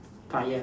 tyre